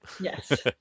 Yes